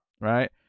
right